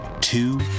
two